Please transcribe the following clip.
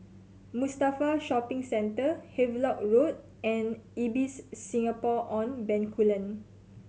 Mustafa Shopping Centre Havelock Road and Ibis Singapore On Bencoolen